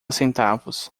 centavos